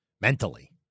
mentally